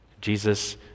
Jesus